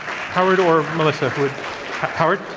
howard or melissa, who howard?